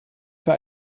für